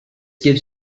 gives